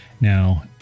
Now